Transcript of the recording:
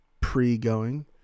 pre-going